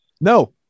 No